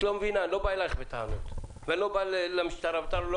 אני לא בא אלייך בטענות ולא בא למשטרה בטענות.